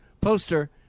poster